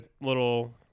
little